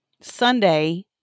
Sunday